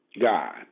God